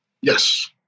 Yes